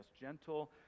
gentle